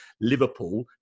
Liverpool